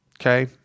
Okay